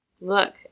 Look